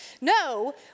No